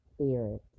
spirit